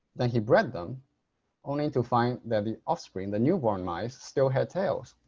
then he bred them only to find that the offspring the newborn mice still had tails.